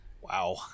Wow